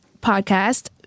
podcast